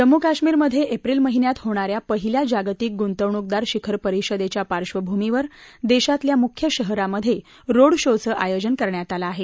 जम्मू कश्मिरमधे एप्रिल महिन्यात होणाऱ्या पहिल्या जागतिक गुंतवणूकदार शिखर परिषदेच्या पार्श्वभूमीवर देशातल्या मुख्य शहरामधे रोड शो चं आयोजन करण्यात आलं आहे